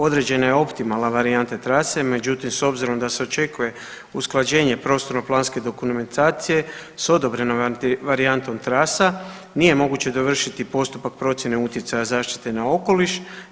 Određena je optimalna varijanta trase, međutim s obzirom da se očekuje usklađenje prostorno-planske dokumentacije s odobrenom varijantom trasa nije moguće dovršiti postupak procijene utjecaja zaštite na okoliš.